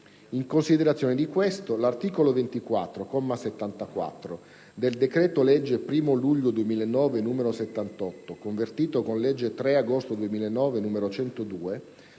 In considerazione di ciò, l'articolo 24, comma 74, del decreto-legge 1° luglio 2009, n. 78, convertito con legge 3 agosto 2009, n. 102,